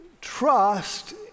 trust